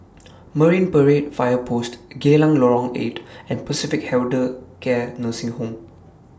Marine Parade Fire Post Geylang Lorong eight and Pacific Elder Care Nursing Home